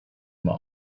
immer